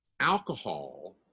Alcohol